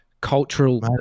cultural